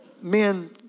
men